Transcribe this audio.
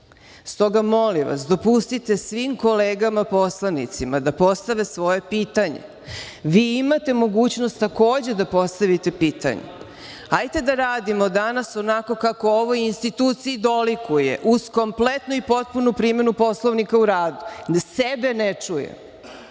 Stoga, molim vas, dopustite svim kolegama poslanicima da postave svoje pitanje. Vi imate mogućnost takođe da postavite pitanje, hajte da radimo danas onako kako ovoj instituciji dolikuje, uz kompletnu i potpunu primenu Poslovnika o radu. Mi sebe ne čujemo.